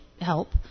help